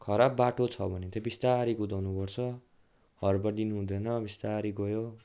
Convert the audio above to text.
खराब बाटो छ भने चाहिँ बिस्तारै कुदाउनु पर्छ हड्बडिनु हुँदैन बिस्तारै गयो